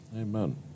Amen